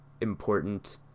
important